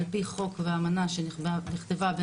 עפ"י חוק ואמנה שנכתבה,